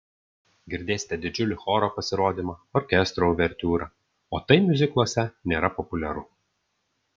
girdėsite didžiulį choro pasirodymą orkestro uvertiūrą o tai miuzikluose nėra populiaru